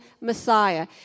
Messiah